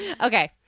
Okay